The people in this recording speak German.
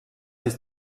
ist